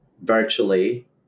virtually